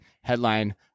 headline